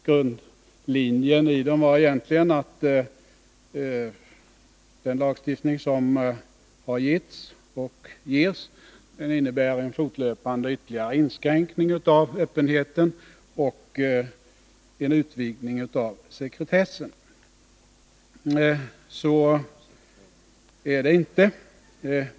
Grundlinjen i dem var egentligen att den lagstiftning som har införts och införs innebär en fortlöpande ytterligare inskränkning av öppenheten och en utvidgning av sekretessen. Så är det inte.